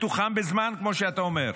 מתוחם בזמן, כמו שאתה אומר,